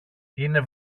είναι